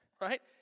right